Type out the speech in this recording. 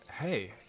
Hey